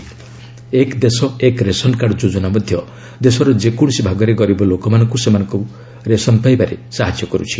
'ଏକ ଦେଶ ଏକ ରେସନ୍କାର୍ଡ' ଯୋଜନା ମଧ୍ୟ ଦେଶର ଯେକୌଣସି ଭାଗରେ ଗରିବ ଲୋକମାନଙ୍କୁ ସେମାନଙ୍କର ରେସନ୍ ପାଇବାରେ ସାହାଯ୍ୟ କରୁଛି